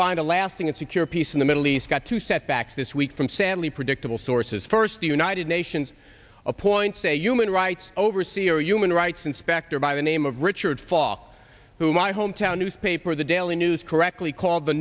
find a lasting and secure peace in the middle east got to setbacks this week from sadly predictable sources first the united nations appoints a human rights overseer a human rights inspector by the name of richard fall to my hometown newspaper the daily news correctly called the